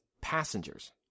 passengers